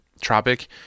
Tropic